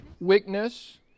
Weakness